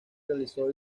realizó